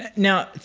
now,